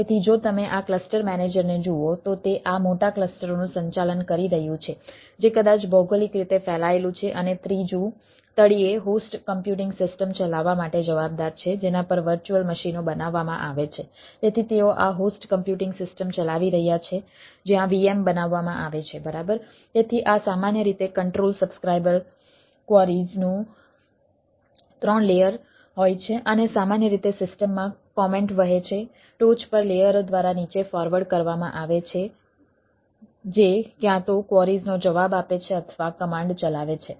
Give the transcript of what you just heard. તેથી જો તમે આ ક્લસ્ટર મેનેજરને જુઓ તો તે આ મોટા ક્લસ્ટરોનું સંચાલન કરી રહ્યું છે જે કદાચ ભૌગોલિક રીતે ફેલાયેલું છે અને ત્રીજું તળિયે હોસ્ટ કમ્પ્યુટિંગ સિસ્ટમ કરવામાં આવે છે જે ક્યાં તો ક્વોરીઝનો જવાબ આપે છે અથવા કમાન્ડ ચલાવે છે